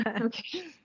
okay